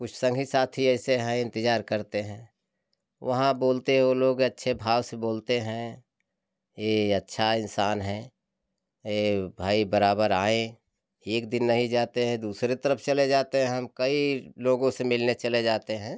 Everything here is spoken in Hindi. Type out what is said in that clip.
कुछ संघी साथी ऐसे हैं इंतजार करते हैं वहाँ बोलते ओ लोग अच्छे भाव से बोलते हैं ये अच्छा इंसान हैं ये भाई बराबर आएँ एक दिन नहीं जाते हैं दूसरे तरफ चलें जाते हैं हम कई लोगों से मिलने चले जाते हैं